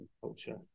culture